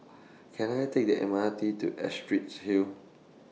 Can I Take The M R T to Astrid Hill